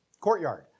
courtyard